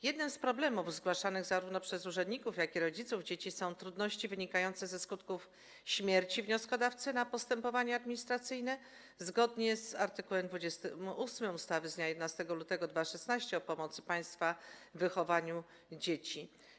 Jednym z problemów zgłaszanych zarówno przez urzędników, jak i rodziców dzieci, są trudności wynikające ze skutków śmierci wnioskodawcy na postępowanie administracyjne zgodnie z art. 28 ustawy z dnia 11 lutego 2016 r. o pomocy państwa w wychowaniu dzieci.